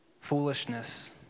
foolishness